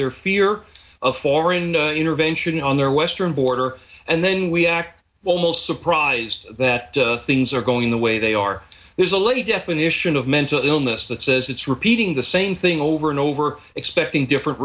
their fear of foreign intervention on their western border and then we act well most surprised that things are going the way they are there's a little definition of mental illness that says it's repeating the same thing over and over expecting different